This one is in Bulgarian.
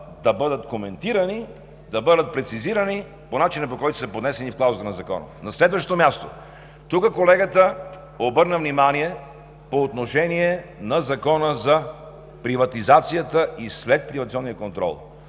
да бъдат коментирани, да бъдат прецизирани по начина, по който са поднесени в клаузите на Закона. На следващо място, тук колегата обърна внимание по отношение на Закона за приватизацията и следприватизационния контрол.